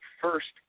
first